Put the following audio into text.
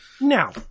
Now